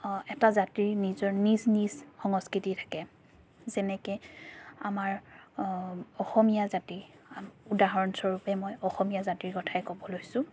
এটা জাতিৰ নিজৰ নিজ নিজ সংস্কৃতি থাকে যেনেকৈ আমাৰ অসমীয়া জাতি আম উদাহৰণস্বৰূপে মই অসমীয়া জাতিৰ কথাই ক'ব লৈছোঁ